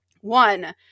One